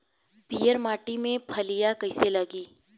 पीयर माटी में फलियां कइसे लागी?